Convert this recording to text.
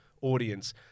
audience